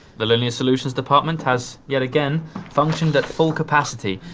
the linear solutions department has yet again functioned at full capacity.